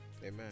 Amen